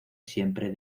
siempre